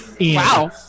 wow